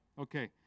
Okay